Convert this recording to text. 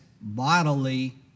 bodily